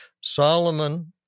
Solomon